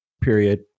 period